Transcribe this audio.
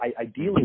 Ideally